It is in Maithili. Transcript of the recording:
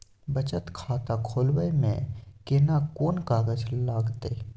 बचत खाता खोलबै में केना कोन कागज लागतै?